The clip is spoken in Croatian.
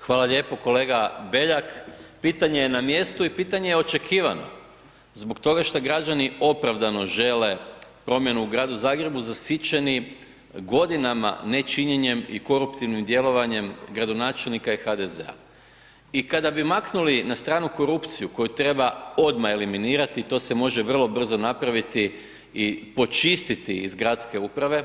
Hvala lijepo kolega Beljak, pitanje je na mjestu i pitanje je očekivano zbog toga što građani opravdano žele promjenu u Gradu Zagrebu zasićeni godinama nečinjenjem i koruptivnim djelovanjem gradonačelnika i HDZ-a i kada bi maknuli na stranu korupciju koju treba odma eliminirati i to se može vrlo brzo napraviti i počistiti iz gradske uprave,